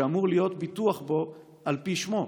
שאמור להיות ביטוח על פי שמו.